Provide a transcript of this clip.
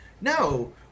No